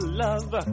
love